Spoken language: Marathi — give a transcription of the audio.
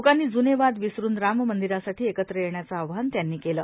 लोकांनी जुवे वाद विसरून राम मंदिरासाठी एकत्रित येण्याचं आवाहन त्यांनी केलं